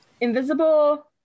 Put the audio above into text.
Invisible